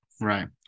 Right